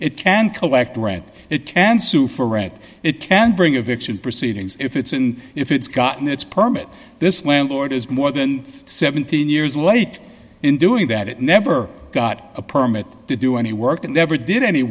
it can collect rent it can sue for rent it can bring eviction proceedings if it's in if it's gotten its permit this landlord is more than seventeen years late in doing that it never got a permit to do any work and never did any